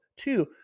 Two